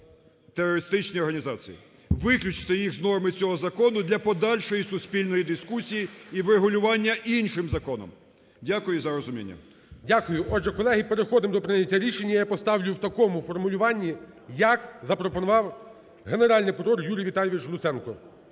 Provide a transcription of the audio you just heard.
"терористичні організації". Виключити їх з норми цього закону для подальшої суспільної дискусії і врегулювання іншим законом. Дякую за розуміння. ГОЛОВУЮЧИЙ. Дякую. Отже, колеги, переходимо до прийняття рішення. Я поставлю в такому формулюванні, як запропонував Генеральний прокурор Юрій Віталійович Луценко.